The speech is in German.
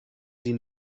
sie